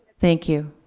thank you.